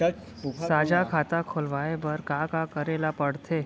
साझा खाता खोलवाये बर का का करे ल पढ़थे?